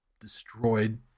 destroyed